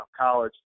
college